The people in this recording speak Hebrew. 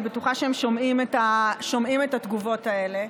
אני בטוחה שהם שומעים את התגובות האלה,